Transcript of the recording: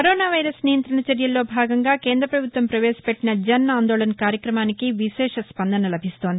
corona virus నియంత్రణ చర్యల్లో భాగంగా కేంద్రపభుత్వం వవేశపెట్టిన జన్ ఆందోళన్ కార్యక్రమానికి విశేష స్పందస లభిస్తోంది